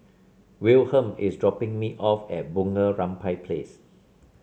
Wilhelm is dropping me off at Bunga Rampai Place